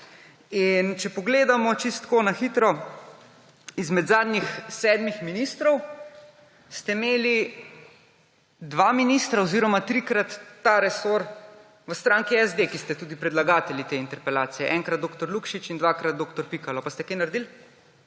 In če pogledamo čisto tako na hitro, izmed zadnjih sedmih ministrov ste imeli dva ministra oziroma trikrat ta resor v stranki SD, ki ste tudi predlagatelji te interpelacije. Enkrat dr. Lukšič in dvakrat dr. Pikalo. Pa ste kaj naredili?